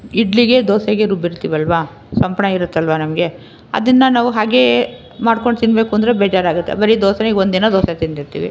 ಇಡ್ಲಿಗೆ ದೋಸೆಗೆ ರುಬ್ಬಿರ್ತೀವಲ್ವ ಸಂಪಳ ಇರುತ್ತಲ್ವಾ ನಮಗೆ ಅದನ್ನು ನಾವು ಹಾಗೆ ಮಾಡಿಕೊಂಡು ತಿನ್ನಬೇಕು ಅಂದರೆ ಬೇಜಾರಾಗುತ್ತೆ ಬರಿ ದೋಸೆಗೊಂದಿನ ದೋಸೆ ತಿಂದಿರ್ತೀವಿ